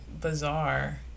bizarre